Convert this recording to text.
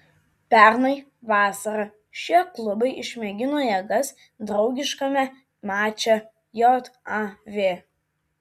pernai vasarą šie klubai išmėgino jėgas draugiškame mače jav